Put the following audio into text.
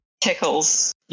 Tickles